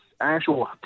actual